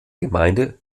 gemeinde